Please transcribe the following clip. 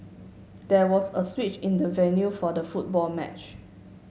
there was a switch in the venue for the football match